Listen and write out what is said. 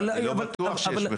אני לא בטוח שיש מחקרים מספיק טובים.